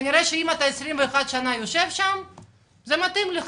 כנראה שאם אתה יושב שם 21 זה מתאים לך,